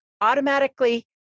automatically